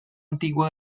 antiguo